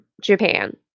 Japan